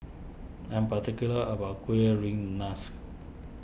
I'm particular about Kueh Rengas